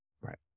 Right